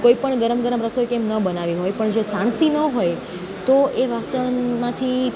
કોઈપણ ગરમ ગરમ રસોઈ કેમ ન બનાવી હોય પણ જો સાણસી ન હોય તો તો એ વાસણમાંથી